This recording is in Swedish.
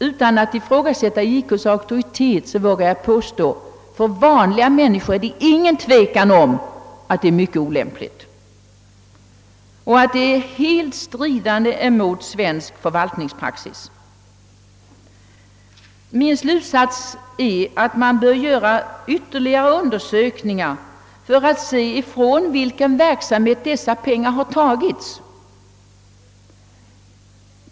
Utan att ifrågasätta JK:s auktoritet vågar jag påstå, att för vanliga människor råder det inget tvivel om att detta är något mycket olämpligt — det är något som helt strider mot svensk förvaltningspraxis. Min slutsats är att ytterligare undersökningar bör göras för att det skall kunna fastställas från vilken verksamhet dessa pengar har tagits.